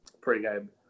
pre-game